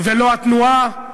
ולא התנועה,